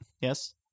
Yes